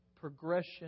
progression